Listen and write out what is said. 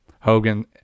Hogan